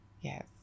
Yes